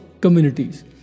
communities